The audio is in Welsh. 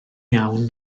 iawn